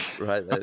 Right